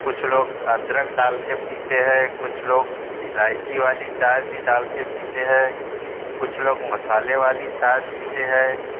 कुछ लोग अदरक डाल कर पीते हैं कुछ लोग इलायची वाली चाय भी डाल कर पीते हैं कुछ लोग मसाले वाली चाय पीते हैं